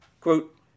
Quote